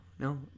No